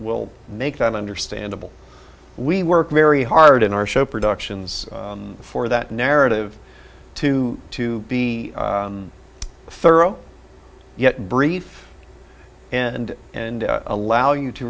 will make that understandable we work very hard in our show productions for that narrative to to be thorough yet brief and and allow you to